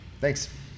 Thanks